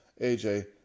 AJ